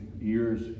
years